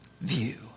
view